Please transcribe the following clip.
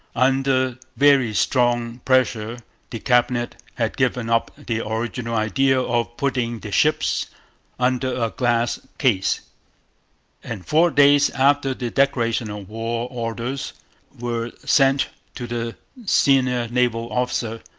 under very strong pressure the cabinet had given up the original idea of putting the ships under a glass case and four days after the declaration of war orders were sent to the senior naval officer,